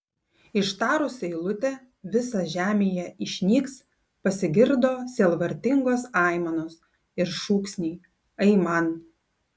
ištarus eilutę visa žemėje išnyks pasigirdo sielvartingos aimanos ir šūksniai aiman